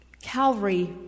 Calvary